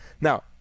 now